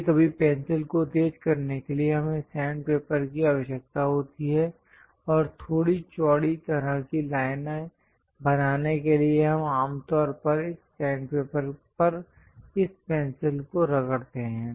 कभी कभी पेंसिल को तेज करने के लिए हमें सैंडपेपर की आवश्यकता होती है और थोड़ी चौड़ी तरह की लाइनें बनाने के लिए हम आमतौर पर इस सैंडपेपर पर इस पेंसिल को रगड़ते हैं